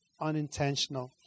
unintentional